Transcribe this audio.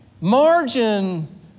Margin